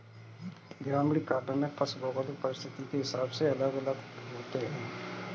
ग्रामीण काव्य में पशु भौगोलिक परिस्थिति के हिसाब से अलग होते हैं